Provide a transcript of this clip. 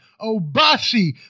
Obasi